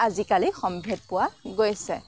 আজিকালি সম্ভেদ পোৱা গৈছে